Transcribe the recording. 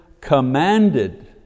commanded